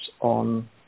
on